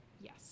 Yes